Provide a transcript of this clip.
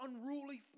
unruly